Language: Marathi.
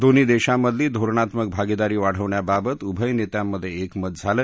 दोन्ही देशांमधली धोरणात्मक भागीदारी वाढवण्याबाबत उभय नेत्यांमधे एकमत झालं